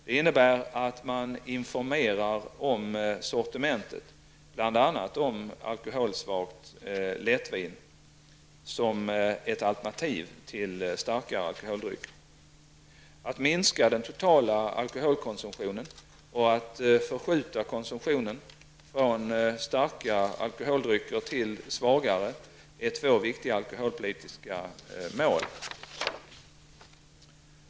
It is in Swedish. Det innebär att man informerar om sortimentet, bl.a. om alkoholsvagt lättvin som ett alternativ till starkare alkoholdrycker. Att minska den totala alkoholkonsumtionen och att förskjuta konsumtionen från starka alkoholdrycker till svagare är två viktiga alkoholpolitiska mål.